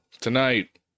tonight